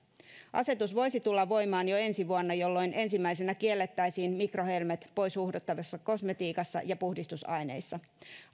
asetus voisi tulla voimaan jo ensi vuonna jolloin ensimmäisenä kiellettäisiin mikrohelmet poishuuhdottavassa kosmetiikassa ja puhdistusaineissa